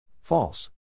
False